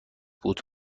بود